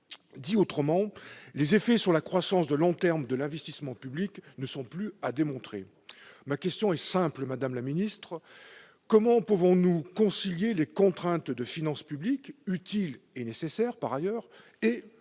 Dit autrement, les effets sur la croissance de long terme de l'investissement public ne sont plus à démontrer. Ma question est simple, madame la secrétaire d'État : comment pouvons-nous concilier les contraintes de finances publiques, utiles et nécessaires, par ailleurs, et